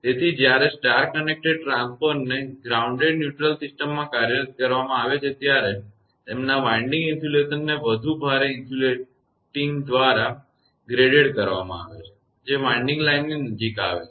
તેથી જ્યારે star connected ટ્રાન્સફોર્મરને ગ્રાઉન્ડેડ ન્યુટ્રલ સિસ્ટમોમાં કાર્યરત કરવામાં આવે છે ત્યારે તેમના વિન્ડિંગ ઇન્સ્યુલેશનને વધુ ભારે ઇન્સ્યુલેટીંગ દ્વારા વર્ગીકૃતગ્રેડેડ કરવામાં આવે છે જે વિન્ડિંગ લાઇનની નજીક આવે છે